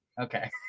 okay